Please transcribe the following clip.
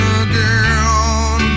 again